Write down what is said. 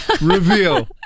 Reveal